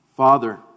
Father